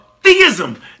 Theism